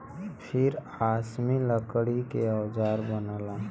फिर आसमी लकड़ी के औजार बनला